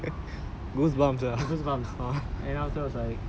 I I until now I like shivering lah got the chills you know